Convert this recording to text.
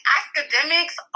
academics